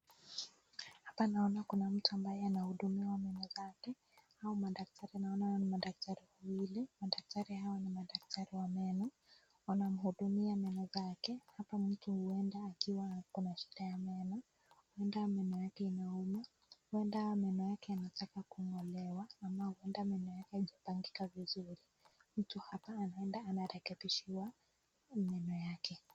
Hapa naona mtu ambaye anahudumiwa meno yake hawa madaktari wanaonani madaktari wawili madaktari hawa ni wa meno anahudumia meno yake hapa mtu uenda wakati akiwa ak na shida ya meno uenda meno take imeuma uenda meno yake anataka kungolewa ama uenda meno take haikupangika mzuri mtu anaenda hapa kukerelishwa.